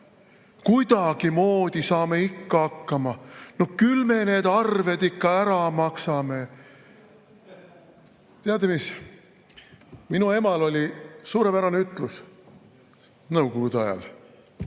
kuidagimoodi saame ikka hakkama ja no küll me need arved ikka ära maksame. Teate mis, minu emal oli suurepärane ütlus nõukogude ajal,